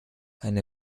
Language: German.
eine